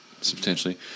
substantially